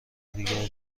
دیگری